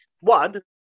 one